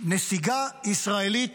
ונסיגה ישראלית